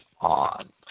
on